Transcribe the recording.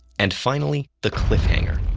and finally, the cliffhanger.